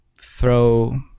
throw